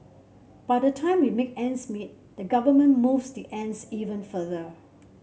by the time we make ends meet the government moves the ends even further